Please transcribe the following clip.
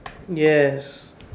yes